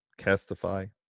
Castify